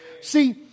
See